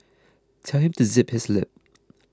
tell him to zip his lip